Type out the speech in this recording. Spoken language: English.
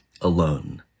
alone